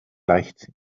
leicht